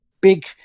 Big